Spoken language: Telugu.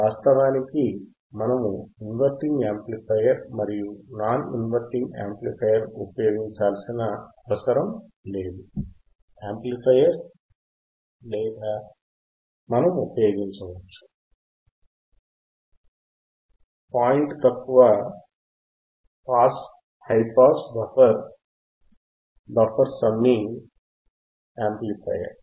వాస్తవానికి మనము ఇన్వర్టింగ్ యాంప్లిఫైయర్ మరియు నాన్ ఇన్వర్టింగ్ యాంప్లిఫైయర్ ఉపయోగించాల్సిన అవసరం లేదు యాంప్లిఫైయర్లేదా మనం ఉపయోగించవచ్చు పాయింట్ తక్కువ pass high pass buffer buffer summing amplifier